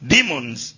Demons